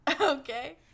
Okay